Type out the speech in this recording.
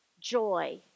joy